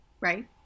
right